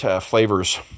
flavors